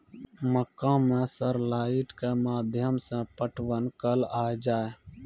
मक्का मैं sir light के माध्यम से पटवन कल आ जाए?